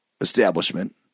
establishment